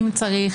אם צריך,